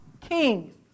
kings